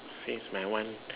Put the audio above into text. since my one